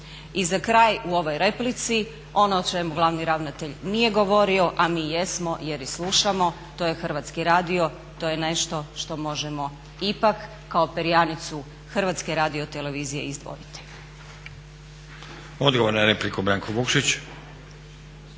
I za kraj u ovoj replici, ono o čemu glavni ravnatelj nije govorio, a mi jesmo jer i slušamo to je Hrvatski radio. To je nešto što možemo ipak kao perjanicu Hrvatske radiotelevizije izdvojiti.